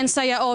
אין סייעות,